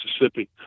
Mississippi